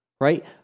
right